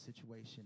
situation